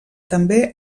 també